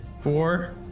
Four